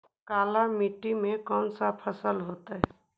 काला मिट्टी में कौन से फसल होतै?